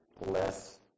less